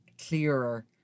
clearer